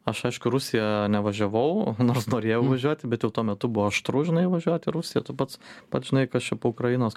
aš aišku į rusija nevažiavau nors norėjau važiuoti bet juk tuo metu buvo aštru žinai važiuoti rusija tu pats pats žinai kas čia po ukrainos